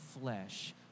flesh